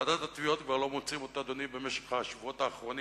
את ועידת התביעות כבר לא מוצאים במשך השבועות האחרונים,